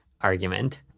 argument